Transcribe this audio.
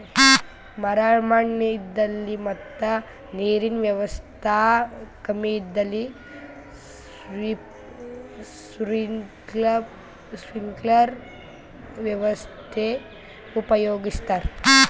ಮರಳ್ ಮಣ್ಣ್ ಇದ್ದಲ್ಲಿ ಮತ್ ನೀರಿನ್ ವ್ಯವಸ್ತಾ ಕಮ್ಮಿ ಇದ್ದಲ್ಲಿ ಸ್ಪ್ರಿಂಕ್ಲರ್ ವ್ಯವಸ್ಥೆ ಉಪಯೋಗಿಸ್ತಾರಾ